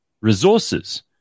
resources